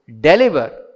deliver